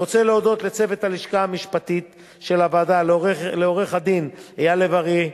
אני רוצה להודות לצוות הלשכה המשפטית של הוועדה: לעורך-דין אייל לב-ארי,